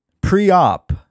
pre-op